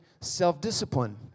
self-discipline